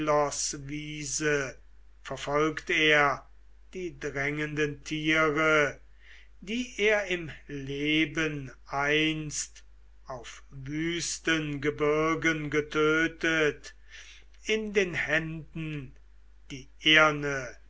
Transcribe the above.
verfolgt er die drängenden tiere die er im leben einst auf wüsten gebirgen getötet in den händen die eherne